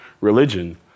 religion